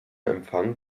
empfang